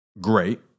great